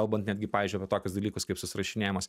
kalbant netgi pavyzdžiui apie tokius dalykus kaip susirašinėjimas